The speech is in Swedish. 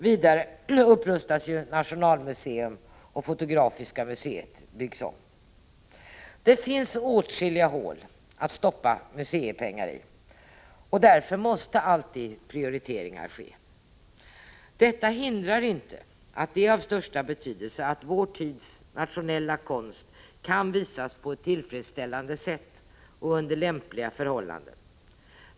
Vidare upprustas Nationalmuseum, och Fotografiska museet byggs om. Det finns åtskilliga hål att stoppa museipengar i, och därför måste alltid prioriteringar ske. Detta hindrar inte att det är av största betydelse att vår tids nationella konst kan visas på ett tillfredsställande sätt och under lämpliga förhållanden.